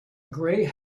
gray